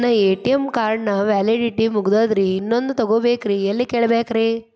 ನನ್ನ ATM card ನ validity ಮುಗದದ್ರಿ ಇನ್ನೊಂದು ತೊಗೊಬೇಕ್ರಿ ಎಲ್ಲಿ ಕೇಳಬೇಕ್ರಿ?